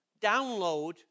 download